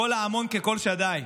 קול המון כקול שדי.